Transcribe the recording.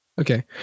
Okay